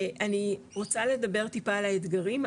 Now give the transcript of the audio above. אני רוצה לדבר טיפה על האתגרים,